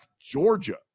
Georgia